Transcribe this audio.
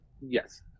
Yes